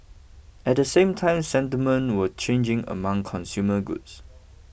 at the same time sentiment was changing among consumer goods